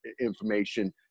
information